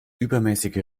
übermäßige